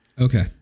Okay